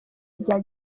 bya